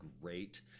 great